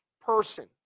person